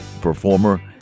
performer